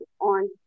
on